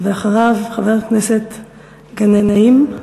אחריו, חבר הכנסת גנאים.